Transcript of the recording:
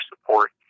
support